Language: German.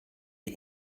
die